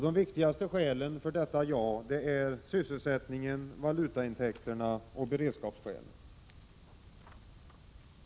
De viktigaste skälen för detta ja är sysselsättningen, valutaintäkterna och beredskapsskälen.